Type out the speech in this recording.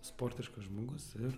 sportiškas žmogus ir